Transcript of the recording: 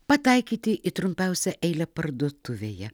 pataikyti į trumpiausią eilę parduotuvėje